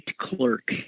clerk